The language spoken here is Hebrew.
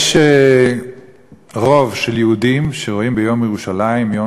יש רוב של יהודים שרואים ביום ירושלים יום